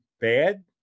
bad